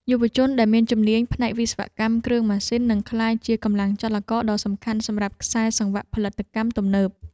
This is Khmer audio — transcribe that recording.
យុវជនដែលមានជំនាញផ្នែកវិស្វកម្មគ្រឿងម៉ាស៊ីននឹងក្លាយជាកម្លាំងចលករដ៏សំខាន់សម្រាប់ខ្សែសង្វាក់ផលិតកម្មទំនើប។